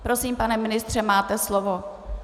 Prosím, pane ministře, máte slovo.